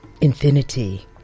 infinity